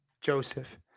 Joseph